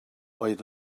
oedd